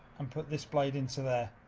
and put this blade into there.